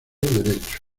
derecho